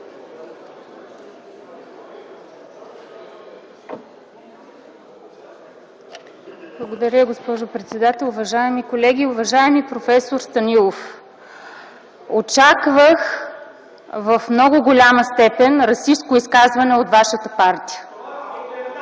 Благодаря, госпожо председател. Уважаеми колеги, уважаеми проф. Станилов! Очаквах в много голяма степен расистко изказване от вашата партия.